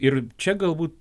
ir čia galbūt